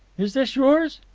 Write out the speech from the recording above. is this yours?